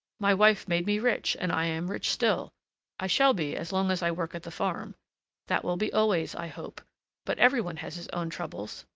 my wife made me rich, and i am rich still i shall be as long as i work at the farm that will be always, i hope but every one has his own troubles!